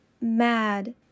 mad